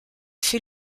fait